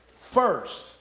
first